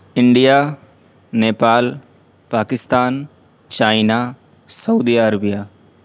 India Nepal Pakistan China Saudi Arabia